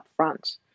upfront